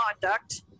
conduct